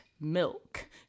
milk